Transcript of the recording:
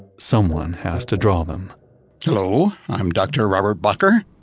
someone has to draw them hello, i'm dr. robert bakker,